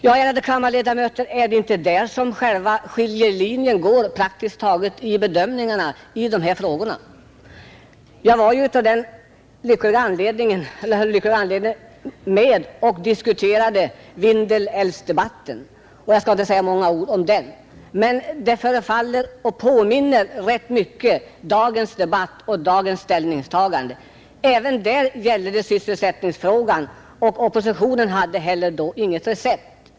Ja, ärade kammarledamöter, är det inte där skiljelinjen går i bedömningen av dessa frågor? Jag skall inte säga många ord om Vindelälvsdebatten, men dagens debatt påminner rätt mycket om den. Även då gällde det sysselsättningen, och oppositionen hade inte heller då något recept.